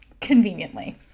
conveniently